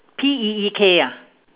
P E E K ah